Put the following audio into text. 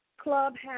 Clubhouse